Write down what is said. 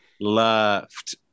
Left